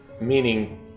meaning